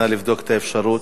נא לבדוק את האפשרות.